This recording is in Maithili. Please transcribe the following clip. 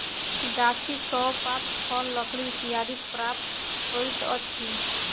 गाछी सॅ पात, फल, लकड़ी इत्यादि प्राप्त होइत अछि